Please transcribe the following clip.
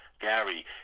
Gary